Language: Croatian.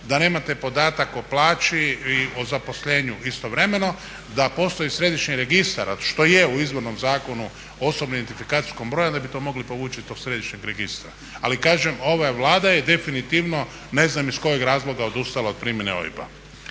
da nemate podatak o plaći i o zaposlenju istovremeno, da postoji Središnji registar, a što je u izvornom Zakonu OIB-a da bi to mogli povući iz tog Središnjeg registra. Ali kažem, ova Vlada je definitivno ne znam iz kojeg razloga odustala od primjene OIB-a.